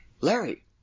Larry